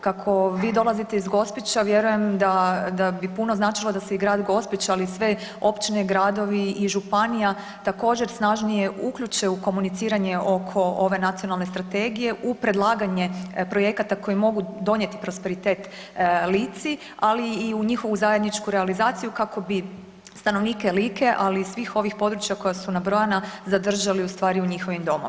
Kako vi dolazite iz Gospića vjeruje da, da bi puno značilo da se i grad Gospić, ali i sve općine, gradovi i županija također snažnije uključe u komuniciranje oko ove nacionalne strategije u predlaganje projekata koji mogu donijeti prosperitet Lici, ali i u njihovu zajedničku realizaciju kako bi stanovnike Like, ali i svih ovih područja koja su nabrojana zadržali u stvari u njihovim domovima.